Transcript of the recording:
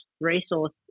resource